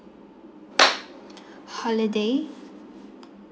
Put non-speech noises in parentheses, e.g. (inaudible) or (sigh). (noise) holiday